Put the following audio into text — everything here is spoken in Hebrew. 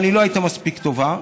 אבל היא לא הייתה מספיק טובה,